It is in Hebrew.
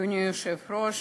אדוני היושב-ראש,